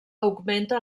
augmenta